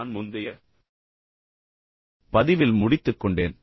நான் முந்தைய பதிவில் முடித்துக்கொண்டேன்